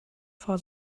for